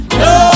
no